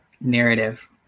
narrative